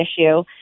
issue